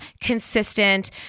consistent